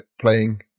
playing